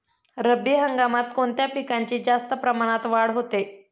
रब्बी हंगामात कोणत्या पिकांची जास्त प्रमाणात वाढ होते?